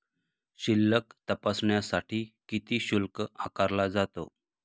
शिल्लक तपासण्यासाठी किती शुल्क आकारला जातो?